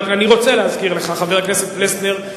חבר הכנסת פלסנר,